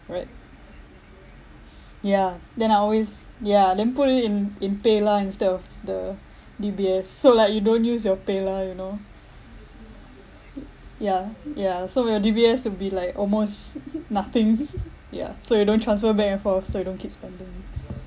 right yeah then I always ya then put it in in paylah instead of the D_B_S so like you don't use your paylah you know ya ya so where your D_B_S will be like almost nothing ya so you don't transfer back and forth so you don't keep spending